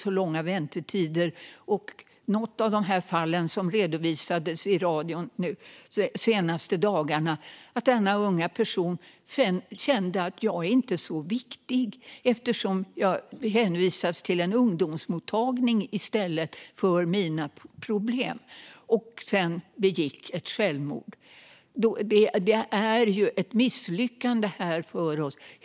Något av de fall som redovisades i radio de senaste dagarna gällde en ung person som inte kände sig viktig efter att ha hänvisats till en ungdomsmottagning med sina problem och sedan begick självmord. Detta är ett misslyckande för oss här.